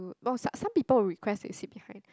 no some some people request to sit behind